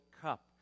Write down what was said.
cup